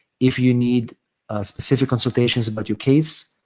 if you need specific consultations about your case,